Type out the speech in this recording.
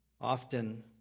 Often